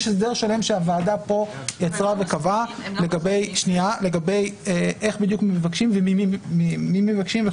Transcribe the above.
יש הסדר שלם שהוועדה כאן יצרה וקבעה איך מבקשים וממי מבקשים.